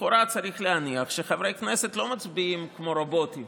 לכאורה צריך להניח שחברי הכנסת לא מצביעים כמו רובוטים